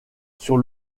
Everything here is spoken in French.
sur